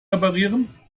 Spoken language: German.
reparieren